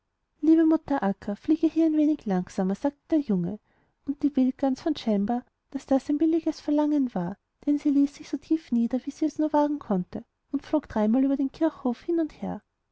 liebe mutter akka fliege hier ein wenig langsamer sagte der junge und diewildgansfandscheinbar daßdaseinbilligesverlangenwar dennsieließ sich so tief nieder wie sie es nur wagen konnte und flog dreimal über den kirchhof hin und her